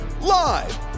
live